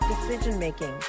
decision-making